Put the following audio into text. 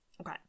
Okay